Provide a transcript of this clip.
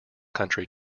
country